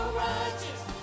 righteous